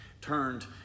turned